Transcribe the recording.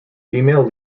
female